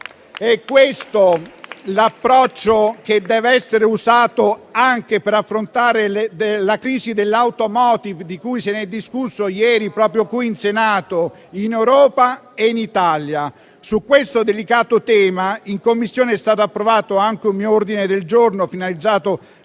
È questo l'approccio che deve essere usato anche per affrontare la crisi dell'*automotive* - di cui si è discusso ieri proprio qui in Senato - in Europa e in Italia. Su questo delicato tema, in Commissione è stato approvato anche un mio ordine del giorno, finalizzato